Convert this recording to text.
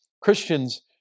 Christians